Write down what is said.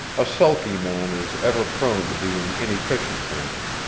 a sulky man is ever prone to be an inefficient man.